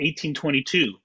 1822